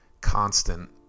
constant